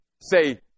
say